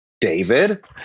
David